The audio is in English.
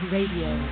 Radio